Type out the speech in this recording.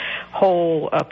whole